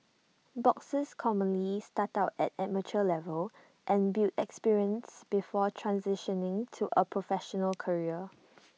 boxers commonly start out at amateur level and build experience before transitioning to A professional career